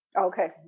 Okay